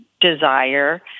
desire